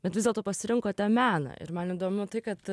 bet vis dėlto pasirinkote meną ir man įdomu tai kad